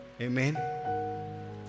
Amen